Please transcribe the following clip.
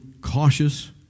cautious